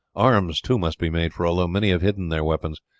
arms, too, must be made, for although many have hidden their weapons,